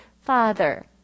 father